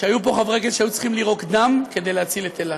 שהיו פה חברי כנסת שהיו צריכים לירוק דם כדי להציל את אילת.